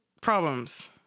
problems